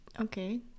Okay